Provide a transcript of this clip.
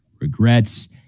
regrets